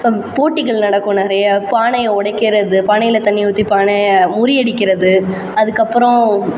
ப போட்டிகள் நடக்கும் நிறைய பானையை உடைக்கிறது பானையில் தண்ணி ஊற்றி பானையை முறியடிக்கிறது அதுக்கப்புறம்